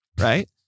right